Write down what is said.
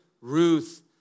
Ruth